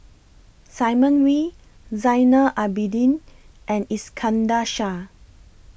Simon Wee Zainal Abidin and Iskandar Shah